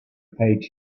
page